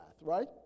right